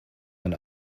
wenn